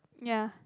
ya